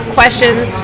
questions